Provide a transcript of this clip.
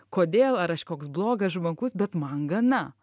kodėl ar aš koks blogas žmogus bet man gana